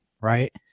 right